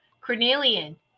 Cornelian